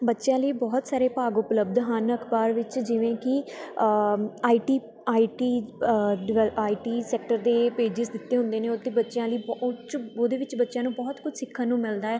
ਬੱਚਿਆਂ ਲਈ ਬਹੁਤ ਸਾਰੇ ਭਾਗ ਉਪਲਬਧ ਹਨ ਅਖ਼ਬਾਰ ਵਿੱਚ ਜਿਵੇਂ ਕਿ ਆਈ ਟੀ ਆਈ ਟੀ ਡਿਵੈ ਆਈ ਟੀ ਸੈਕਟਰ ਦੇ ਪੇਜਿਸ ਦਿੱਤੇ ਹੁੰਦੇ ਨੇ ਉਹਦੇ 'ਤੇ ਬੱਚਿਆਂ ਲਈ ਉਹ 'ਚ ਉਹਦੇ ਵਿੱਚ ਬੱਚਿਆਂ ਨੂੰ ਬਹੁਤ ਕੁਛ ਸਿੱਖਣ ਨੂੰ ਮਿਲਦਾ ਹੈ